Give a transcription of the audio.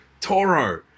Toro